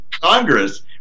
Congress